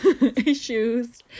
issues